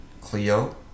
Cleo